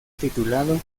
titulado